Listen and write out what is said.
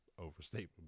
overstatement